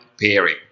pairing